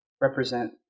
represent